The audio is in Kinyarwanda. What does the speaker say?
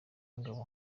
ingabo